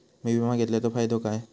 विमा घेतल्याचो फाईदो काय?